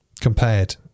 Compared